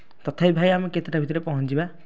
ତଥାପି ଭାଇ ଆମେ କେତେଟା ଭିତରେ ପହଞ୍ଚିବା